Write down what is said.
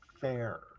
Fair